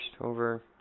over